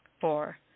Four